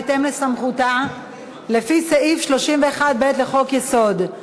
בהתאם לסמכותה לפי סעיף 31(ב) לחוק-יסוד: